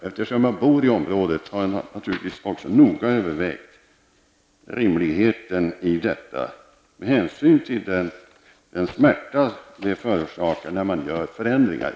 Eftersom jag bor i området, har jag naturligtvis noga övervägt rimligheten i detta, med hänsyn till den smärta det förorsakar när man gör förändringar.